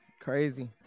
Crazy